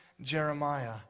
Jeremiah